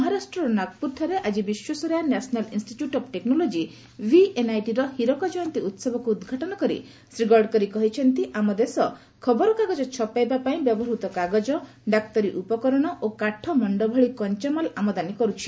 ମହାରାଷ୍ଟ୍ରର ନାଗପୁରଠାରେ ଆକି ବିଶ୍ୱେଶ୍ୱରୟା ନ୍ୟାସନାଲ ଇନ୍ଷ୍ଟିଚ୍ୟୁଟ ଅଫ ଟେକ୍ନୋଲୋଜିର ହୀରକ ଜୟନ୍ତୀ ଉହବକୁ ଉଦ୍ଘାଟନ କରି ଶ୍ରୀ ଗଡକରୀ କହିଛନ୍ତି' ଆମ ଦେଶ ଖବରକାଗଜ ଛପାଇବା ପାଇଁ ବ୍ୟବହୃତ କାଗଜ ଡାକ୍ତରୀଉପକରଣ ଓ କାଠ ମଣ୍ଡ ଭଳି କଞ୍ଚାମାଲ ଆମଦାନୀ କରୁଛି